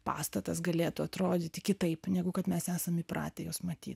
pastatas galėtų atrodyti kitaip negu kad mes esam įpratę juos matyt